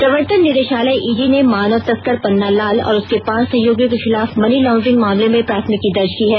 प्रवर्तन निदेशालय ईडी ने मानव तस्कर पन्ना लाल और उसके पांच सहयोगियों के खिलाफ मनी लाउंड्रिंग मामले में प्राथमिकी दर्ज की है